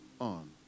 on